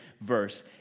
verse